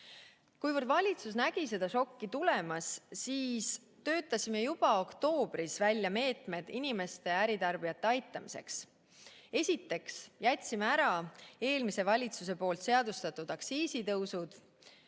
Kuivõrd valitsus nägi seda šokki tulemas, töötasime juba oktoobris välja meetmed inimeste ja äritarbijate aitamiseks. Esiteks jätsime ära eelmise valitsuse seadustatud aktsiisitõusud.